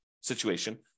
situation